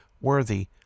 worthy